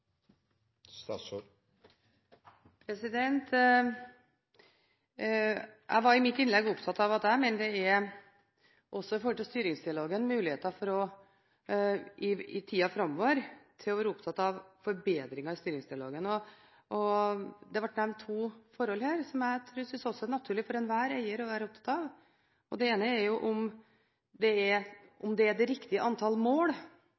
Jeg var i mitt innlegg inne på at jeg mener at det er muligheter i tiden framover til å være opptatt av forbedringer i styringsdialogen. Det ble nevnt to forhold her som jeg synes det er naturlig for enhver eier å være opptatt av. Det ene er om det er det riktige antall mål